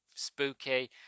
spooky